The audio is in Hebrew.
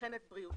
וכן את בריאותו,